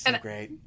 great